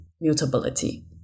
mutability